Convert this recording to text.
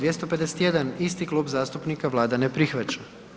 251. isti klub zastupnika, Vlada ne prihvaća.